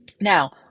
Now